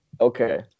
okay